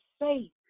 faith